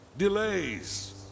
delays